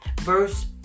verse